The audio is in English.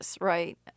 right